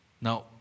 Now